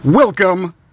Welcome